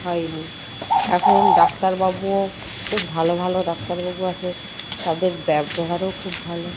হয়নি এখন ডাক্তারবাবুও খুব ভালো ভালো ডাক্তারবাবু আছে তাদের ব্যবহারও খুব ভালো